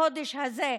בחודש הזה,